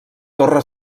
torre